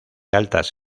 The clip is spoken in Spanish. altas